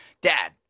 Dad